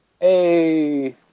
Hey